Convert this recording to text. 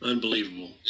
Unbelievable